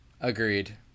agreed